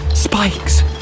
Spikes